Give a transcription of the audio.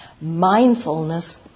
Mindfulness